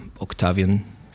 Octavian